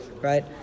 right